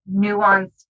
nuanced